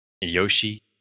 Yoshi